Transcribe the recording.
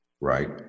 right